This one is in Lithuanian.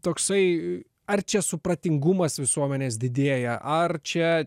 toksai ar čia supratingumas visuomenės didėja ar čia